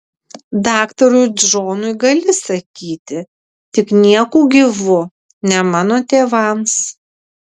daktarui džonui gali sakyti tik nieku gyvu ne mano tėvams